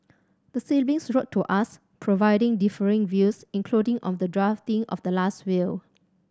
the siblings wrote to us providing differing views including on the drafting of the last will